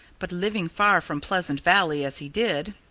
but living far from pleasant valley as he did,